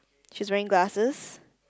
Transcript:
she's wearing glasses